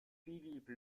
philippe